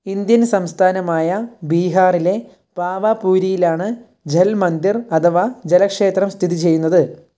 Indian സംസ്ഥാനമായ ബീഹാറിലെ പാവാപൂരിയിലാണ് ജൽ മന്ദിർ അഥവാ ജലക്ഷേത്രം സ്ഥിതി ചെയ്യുന്നത്